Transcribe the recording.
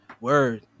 Word